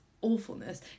awfulness